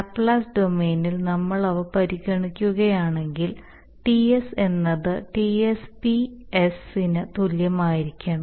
Laplace ഡൊമെയ്നിൽ നമ്മൾ അവ പരിഗണിക്കുകയാണെങ്കിൽ T എന്നത് Tsp ന് തുല്യമായിരിക്കും